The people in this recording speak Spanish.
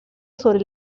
sobre